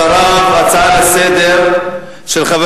אחר כך: הצעה לסדר-היום של חבר